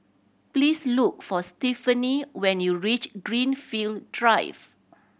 please look for Stephenie when you reach Greenfield Drive